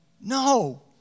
No